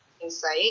insight